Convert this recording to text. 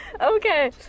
okay